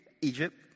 Egypt